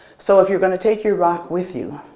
so if you're going to take your rock with you,